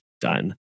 done